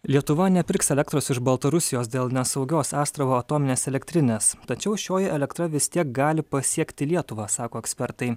lietuva nepirks elektros iš baltarusijos dėl nesaugios astravo atominės elektrinės tačiau šioji elektra vis tiek gali pasiekti lietuvą sako ekspertai